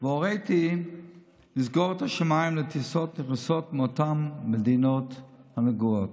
והוריתי לסגור את השמיים לטיסות נכנסות מאותן המדינות הנגועות.